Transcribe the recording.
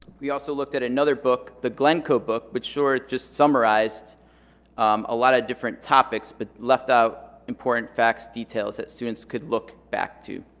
we also looked at another book the glencoe book but sure it just summarized um a lot of different topics but left out important facts details that students could look back to